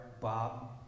Bob